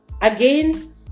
again